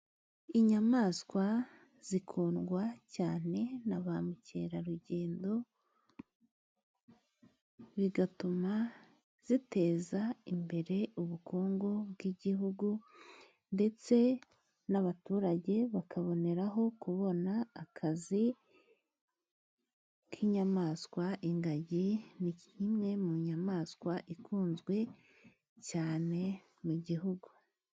Inyamaswa zikundwa cyane na ba mukerarugendo, bigatuma ziteza imbere ubukungu bw'igihugu. Ndetse n'abaturage bakaboneraho kubona akazi k'inyamaswa. Ingagi ni imwe mu nyamaswa ikunzwe cyane mu Gihugu.